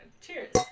cheers